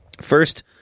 First